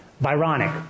Byronic